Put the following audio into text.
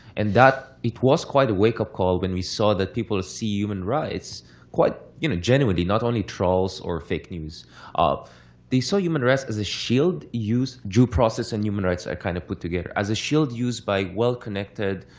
and that it was quite a wake up call when we saw that people see human rights quite you know genuinely not only trolls or fake news they saw human rights as a shield used due process and human rights are kind of put together as a shield used by well-connected,